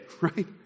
right